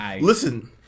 Listen